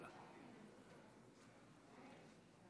על